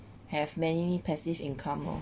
have many passive income lor